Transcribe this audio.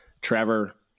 Trevor